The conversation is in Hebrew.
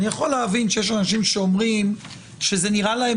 אני יכול להבין שיש אנשים שאומרים שזה נראה להם